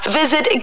visit